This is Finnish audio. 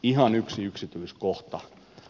ihan yksi yksityiskohta